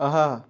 اَہا